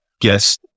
guess